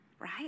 right